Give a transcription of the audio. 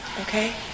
Okay